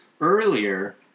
earlier